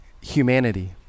humanity